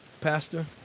pastor